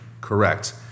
Correct